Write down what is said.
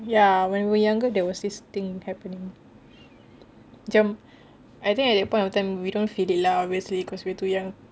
ya when we're younger there was this thing happening macam at that point of time we don't feel it lah obviously cause we too young